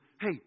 hey